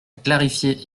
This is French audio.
clarifier